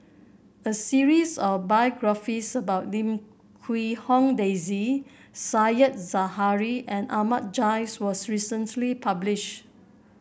a series of biographies about Lim Quee Hong Daisy Said Zahari and Ahmad Jais was recently publish